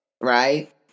Right